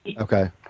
Okay